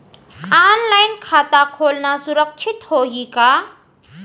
Online खाता खोलना सुरक्षित होही का?